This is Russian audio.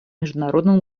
международным